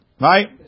right